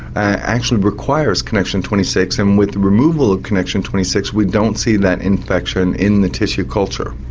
ah actually requires connexin twenty six and with removal of connexin twenty six we don't see that infection in the tissue culture.